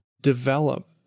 develop